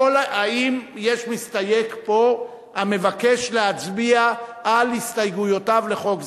האם יש פה מסתייג המבקש להצביע על הסתייגויותיו לחוק זה,